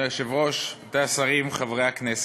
אדוני היושב-ראש, רבותי השרים, חברי הכנסת,